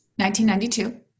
1992